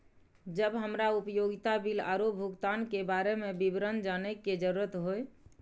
जब हमरा उपयोगिता बिल आरो भुगतान के बारे में विवरण जानय के जरुरत होय?